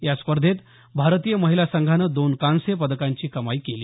या स्पर्धेत भारतीय महिला संघानं दोन कांस्य पदाकांची कमाई केली